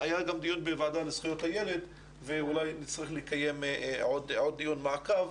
היה גם דיון בוועדה לזכויות הילד ואולי נצטרך לקיים עוד דיון מעקב.